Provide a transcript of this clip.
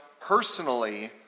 personally